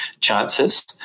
chances